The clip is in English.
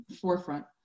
forefront